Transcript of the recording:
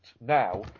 now